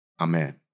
Amen